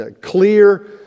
clear